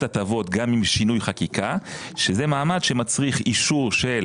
הטבות גם עם שינוי חקיקה שזה מעמד שמצריך אישור של